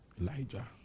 Elijah